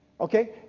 Okay